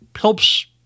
helps